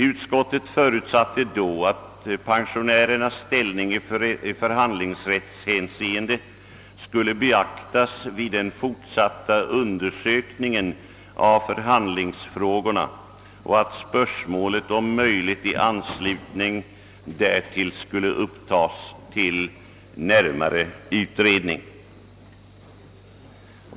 Utskottet förutsatte då att pensionärernas ställning i förhandlingsrättshänseende skulle beaktas vid den fortsatta undersökningen av förhandlingsfrågorna och att spörsmålet om möjligt i anslutning därtill skulle upptas till närmare utredning.